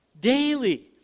daily